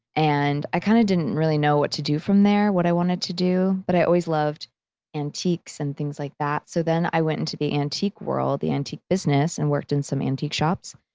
and i kind of didn't really know what to do from there, what i wanted to do, but i always loved antiques and things like that. so then, i went into the antique world, the antique business, and worked in some antique shops.